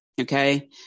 Okay